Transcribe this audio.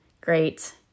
great